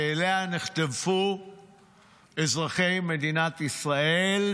שאליה נחטפו אזרחי מדינת ישראל,